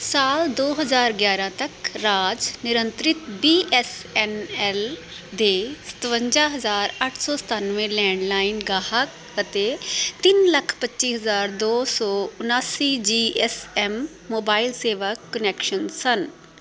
ਸਾਲ ਦੋ ਹਜ਼ਾਰ ਗਿਆਰ੍ਹਾਂ ਤੱਕ ਰਾਜ ਨਿਰੰਤਰਿਤ ਬੀ ਐੱਸ ਐੱਨ ਐੱਲ ਦੇ ਸਤਵੰਜਾ ਹਜ਼ਾਰ ਅੱਠ ਸੌ ਸਤਾਨਵੇਂ ਲੈਂਡਲਾਈਨ ਗਾਹਕ ਅਤੇ ਤਿੰਨ ਲੱਖ ਪੱਚੀ ਹਜ਼ਾਰ ਦੋ ਸੌ ਉਣਾਸੀ ਜੀ ਐੱਸ ਐੱਮ ਮੋਬਾਈਲ ਸੇਵਾ ਕੁਨੈਕਸ਼ਨ ਸਨ